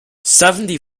seventy